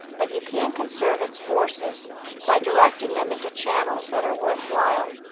but you can conserve its forces by directing them into channels that are worth while.